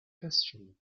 questioned